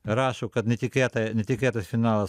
rašo kad netikėta netikėtas finalas